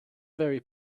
very